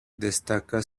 destaca